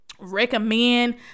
recommend